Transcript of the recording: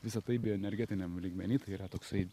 visa tai bioenergetiniam lygmeny tai yra toksai